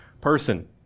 person